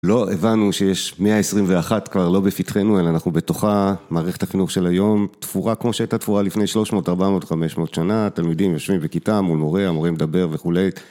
לא הבנו שיש 121, כבר לא בפתחנו, אלא אנחנו בתוכה, מערכת החינוך של היום, תפורה כמו שהייתה תפורה לפני 300-400-500 שנה, תלמידים יושבים בכיתה מול מורה, המורה מדבר וכולי.